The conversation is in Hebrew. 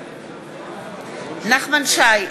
נגד נחמן שי,